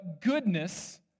goodness